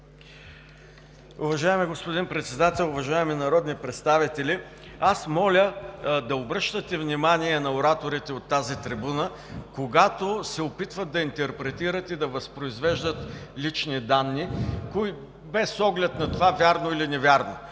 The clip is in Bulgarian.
Уважаеми господин Председател, уважаеми народни представители! Моля, да обръщате внимание на ораторите от тази трибуна, когато се опитват да интерпретират и да възпроизвеждат лични данни, без оглед на това верни или неверни